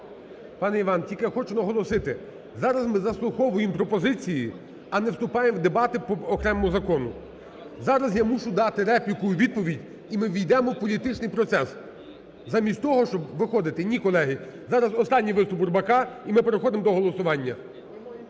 Пане Іван, тільки я хочу наголосити: зараз ми заслуховуємо пропозиції, а не вступаємо в дебати по окремому закону. Зараз я мушу дати репліку у відповідь, і ми ввійдемо в політичний процес, замість того, щоб виходити. Ні, колеги. Зараз останній виступ Бурбака, і ми переходимо до голосування.